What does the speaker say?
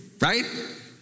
Right